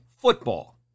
football